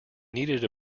needed